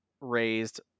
raised